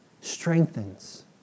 Strengthens